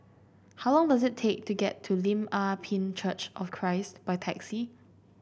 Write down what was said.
how long does it take to get to Lim Ah Pin Church of Christ by taxi